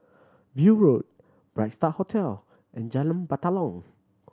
View Road Bright Star Hotel and Jalan Batalong